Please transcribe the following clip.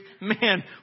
man